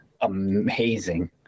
amazing